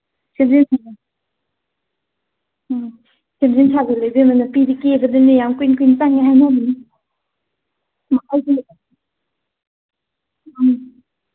ꯎꯝ ꯁꯦꯝꯖꯤꯟ ꯁꯥꯖꯤꯜꯂꯦ ꯏꯕꯦꯝꯃ ꯅꯨꯄꯤꯗꯤ ꯀꯦꯕꯗꯅꯦ ꯌꯥꯝ ꯀꯨꯏꯅ ꯀꯨꯏꯅ ꯆꯪꯉꯦ ꯍꯥꯏꯅꯕꯅꯤ